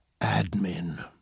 admin